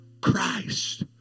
Christ